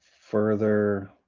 further